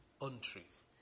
untruth